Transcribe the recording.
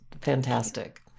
fantastic